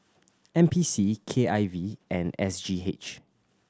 N P C K I V and S G H